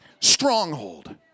stronghold